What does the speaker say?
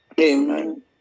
Amen